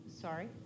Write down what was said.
sorry